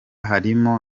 harimo